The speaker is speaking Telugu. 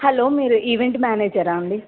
హలో మీరు ఈవెంట్ మేనేజరా అండి